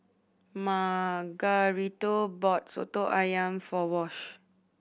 Margarito bought Soto Ayam for Wash